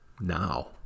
now